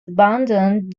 abandoned